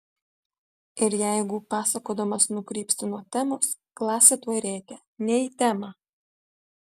ir jeigu pasakodamas nukrypsti nuo temos klasė tuoj rėkia ne į temą